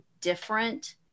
different